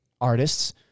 Artists